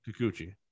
Kikuchi